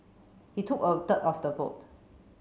he took a third of the vote